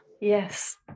Yes